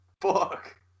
Fuck